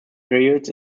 periods